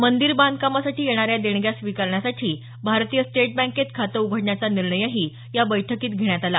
मंदीर बांधकामासाठी येणाऱ्या देणग्या स्वीकारण्यासाठी भारतीय स्टेट बँकेत खातं उघडण्याचा निर्णयही या बैठकीत घेण्यात आला